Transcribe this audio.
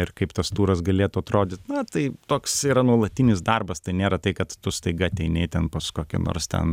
ir kaip tas turas galėtų atrodyt na tai toks yra nuolatinis darbas tai nėra tai kad tu staiga ateini ten pas kokį nors ten